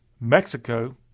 Mexico